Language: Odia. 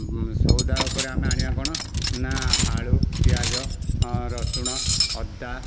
ସଉଦା ଉପରେ ଆମେ ଆଣିବା କ'ଣ ନା ଆଳୁ ପିଆଜ ରସୁଣ ଅଦା